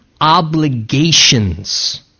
obligations